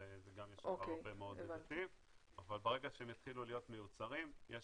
וגם יש -- -אבל ברגע שהם יתחילו להיות מיוצרים יש